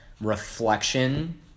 reflection